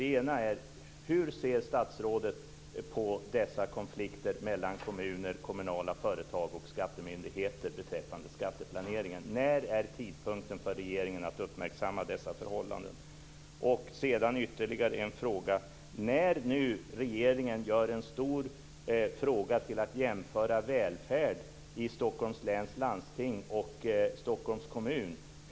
Den ena är: Hur ser statsrådet på dessa konflikter mellan kommuner, kommunala företag och skattemyndigheter beträffande skatteplaneringen? När kommer regeringen att uppmärksamma dessa förhållanden? Sedan har jag ytterligare en fråga. Regeringen gör en stor fråga av att jämföra välfärden i Stockholms läns landsting och Stockholms kommun.